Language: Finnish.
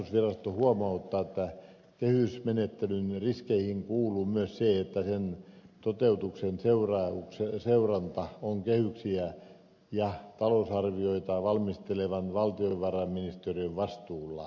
tarkastusvirasto huomauttaa että kehysmenettelyn riskeihin kuuluu myös se että toteutuksen seuranta on kehyksiä ja talousarvioita valmistelevan valtiovarainministeriön vastuulla